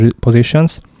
positions